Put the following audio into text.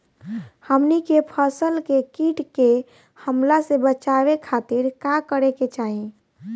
हमनी के फसल के कीट के हमला से बचावे खातिर का करे के चाहीं?